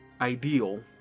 ideal